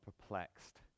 perplexed